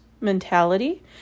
mentality